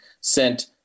sent